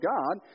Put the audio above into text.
God